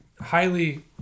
highly